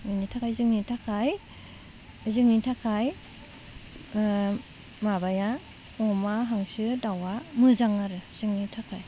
बिनि थाखाय जोंनि थाखाय जोंनि थाखाय माबाया अमा हांसो दाउआ मोजां आरो जोंनि थाखाय